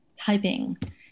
typing